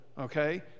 okay